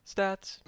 Stats